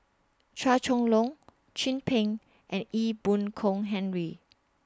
Chua Chong Long Chin Peng and Ee Boon Kong Henry